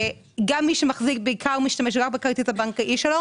גם מי שמחזיק, משתמש בעיקר בכרטיס הבנקאי שלו.